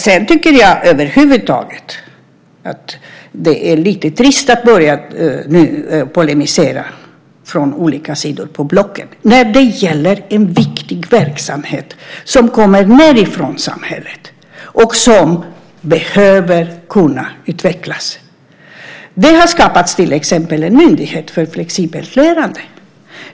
Jag tycker över huvud taget att det är lite trist att man nu börjar polemisera från de olika sidorna och blocken när det gäller en viktig verksamhet som kommer nedifrån samhället och som behöver kunna utvecklas. Det har till exempel skapats en myndighet för flexibelt lärande.